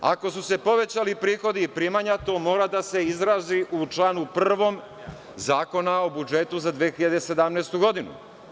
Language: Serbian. Ako su se povećali prihodi i primanju to mora da se izrazi u članu 1. Zakona o budžetu za 2017. godinu.